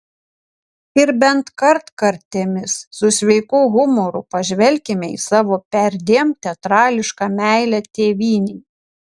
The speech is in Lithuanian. ir bent kartkartėmis su sveiku humoru pažvelkime į savo perdėm teatrališką meilę tėvynei